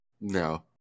No